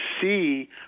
see